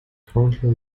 currently